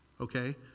Okay